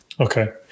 Okay